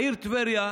העיר טבריה,